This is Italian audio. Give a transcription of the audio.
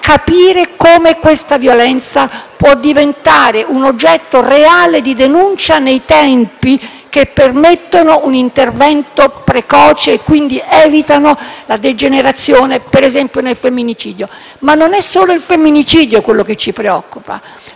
capire come questa violenza possa diventare un oggetto reale di denuncia in tempi che permettano un intervento precoce e quindi evitino la degenerazione, per esempio, del femminicidio. Ma non è solo il femminicidio quello che ci preoccupa.